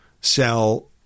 sell